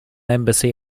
embassy